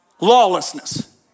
lawlessness